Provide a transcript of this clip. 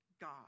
God